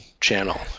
channel